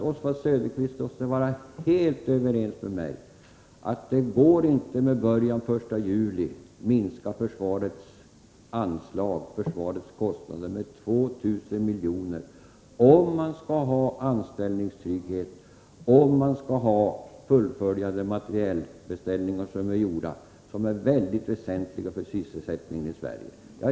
Oswald Söderqvist måste vara helt överens med mig om att det inte går att med början den 1 juli minska försvarets anslag, försvarets kostnader, med 2 miljarder, om man skall ha anställningstrygghet och om man skall fullfölja de materielbeställningar som är gjorda, vilka är mycket väsentliga för sysselsättningen i Sverige.